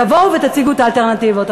תבואו ותציגו את האלטרנטיבות.